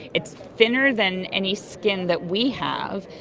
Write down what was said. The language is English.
it's thinner than any skin that we have,